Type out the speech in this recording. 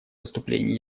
выступлении